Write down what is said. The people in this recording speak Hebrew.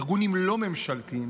ארגונים לא ממשלתיים.